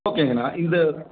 ஓகேங்கண்ணா இந்த